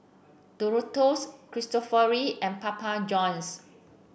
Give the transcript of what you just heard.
Doritos Cristofori and Papa Johns